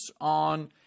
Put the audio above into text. on